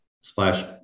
Splash